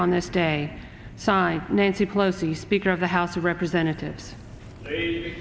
on this day signed nancy pelosi speaker of the house of representatives